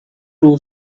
too